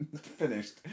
finished